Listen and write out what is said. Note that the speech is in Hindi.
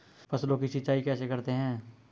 फसलों की सिंचाई कैसे करते हैं?